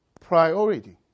priority